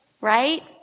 Right